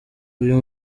uyu